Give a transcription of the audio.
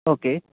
okay